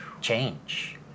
change